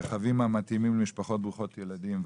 רכבים המתאימים למשפחות ברוכות ילדים,